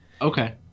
Okay